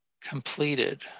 completed